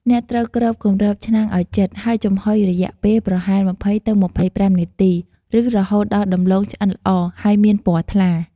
អ្នកត្រូវគ្របគម្របឆ្នាំងឱ្យជិត ហើយចំហុយរយៈពេលប្រហែល ២០ ទៅ ២៥ នាទី ឬរហូតដល់ដំឡូងឆ្អិនល្អ ហើយមានពណ៌ថ្លា។